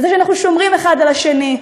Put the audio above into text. על זה שאנחנו שומרים אחד על השני,